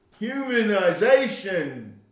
Humanization